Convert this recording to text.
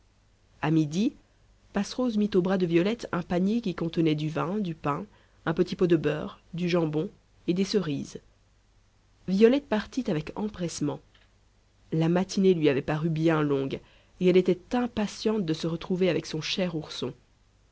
a midi passerose mit au bras de violette un panier qui contenait du vin du pain un petit pot de beurre du jambon et des cerises violette partit avec empressement la matinée lui avait paru bien longue et elle était impatiente de se retrouver avec son cher ourson